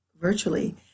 virtually